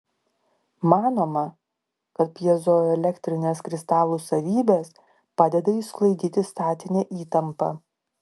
manoma kad pjezoelektrinės kristalų savybės padeda išsklaidyti statinę įtampą